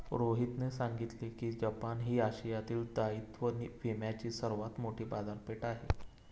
रोहितने सांगितले की जपान ही आशियातील दायित्व विम्याची सर्वात मोठी बाजारपेठ आहे